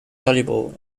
soluble